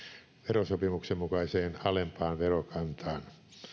verosopimuksen mukaiseen alempaan verokantaan